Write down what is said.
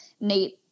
Nate